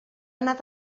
anar